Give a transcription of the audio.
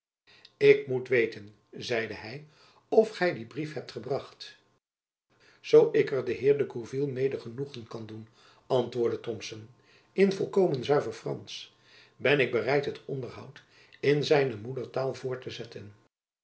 ik moet weten zeide hy of gy dien brief hebt gebracht zoo ik er den heer de gourville mede genoegen kan doen antwoordde thomson in volkomen zuiver fransch ben ik bereid het onderhoud in zijne moedertaal voort te zetten